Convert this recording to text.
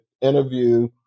interview